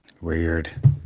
weird